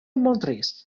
montris